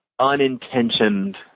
unintentioned